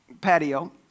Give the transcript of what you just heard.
patio